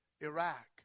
Iraq